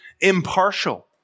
impartial